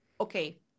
okay